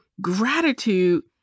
gratitude